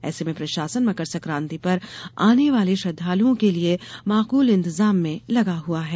ऐसे में प्रशासन मकर संक्रान्ति पर आने वाले श्रद्धालुओं के लिए माकूल इंतजाम में लगा हुआ है